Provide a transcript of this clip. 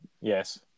Yes